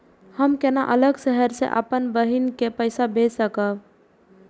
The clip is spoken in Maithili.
हम केना अलग शहर से अपन बहिन के पैसा भेज सकब?